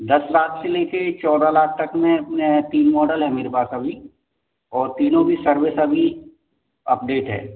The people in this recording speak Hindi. दस लाख से नीचे चौदह लाख तक में तीन मॉडल है मेरे पास अभी और तीनों की सर्विस अभी अपडेट है